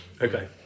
Okay